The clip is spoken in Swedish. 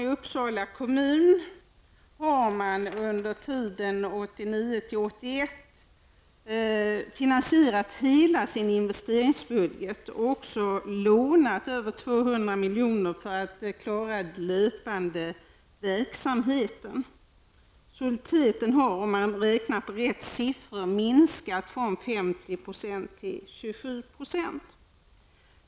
I Uppsala kommun har man under perioden 1981-- 1989 finansierat hela sin investeringsbudget och lånat över 200 milj.kr. för att klara den löpande verksamheten. Soliditeten har, om man räknar på rätt siffror, minskat från 50 till 27 %.